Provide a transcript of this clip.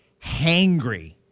hangry